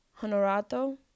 Honorato